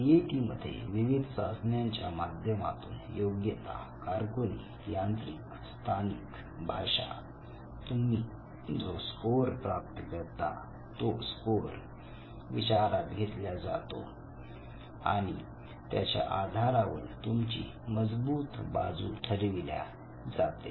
D A T मध्ये विविध चाचण्यांच्या माध्यमातून योग्यता कारकुनी यांत्रिक स्थानिक भाषा तुम्ही जो स्कोअर प्राप्त करता तो स्कोअर विचारात घेतल्या जातो आणि त्याच्या आधारावर तुमची मजबूत बाजू ठरविल्या जाते